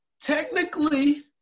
Technically